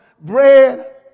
bread